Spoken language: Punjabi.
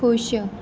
ਖੁਸ਼